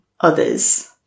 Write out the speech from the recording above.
others